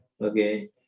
okay